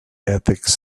ethics